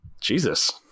jesus